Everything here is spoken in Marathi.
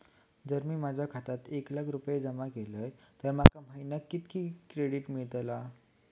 जर मी माझ्या खात्यात एक लाख रुपये जमा केलय तर माका महिन्याक कितक्या क्रेडिट मेलतला?